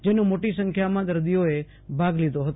જેનો મોટી સંખ્યામાં દર્દીઓએ લાભ લીધો હતો